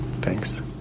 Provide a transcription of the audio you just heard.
Thanks